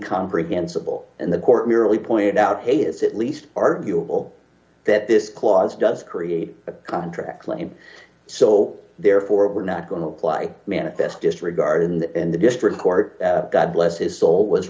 comprehensible and the court merely pointed out hey it's at least arguable that this clause does create a contract claim so therefore we're not going to apply manifest disregard in that and the district court god bless his soul was